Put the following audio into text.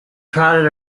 trotted